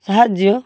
ସାହାଯ୍ୟ